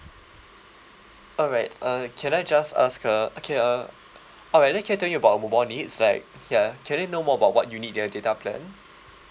alright uh can I just ask uh okay uh alright then can you tell me about your mobile needs like ya can I know more about what you need in your data plan